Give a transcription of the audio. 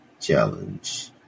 challenge